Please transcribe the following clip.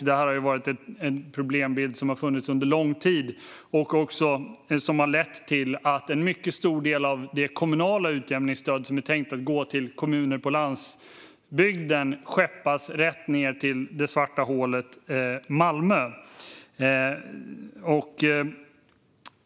Det är en problembild som har funnits under lång tid och som också har lett till att en mycket stor del av det kommunala utjämningsstöd som är tänkt att gå till kommuner på landsbygden skeppas rätt ned till det svarta hålet Malmö.